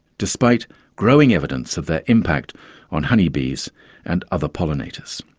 despite growing evidence of their impact on honey bees and other pollinators,